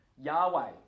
Yahweh